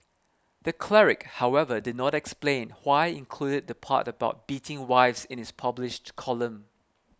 the Cleric however did not explain why included the part about beating wives in his published column